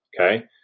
Okay